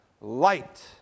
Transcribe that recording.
Light